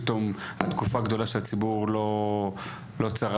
פתאום תקופה גדולה שהציבור לא צרך,